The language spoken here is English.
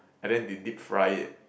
and then they deep fry it